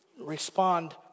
respond